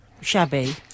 Shabby